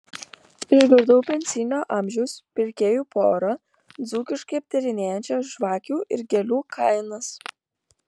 išgirdau pensinio amžiaus pirkėjų porą dzūkiškai aptarinėjančią žvakių ir gėlių kainas